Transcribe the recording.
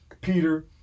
Peter